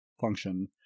function